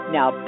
now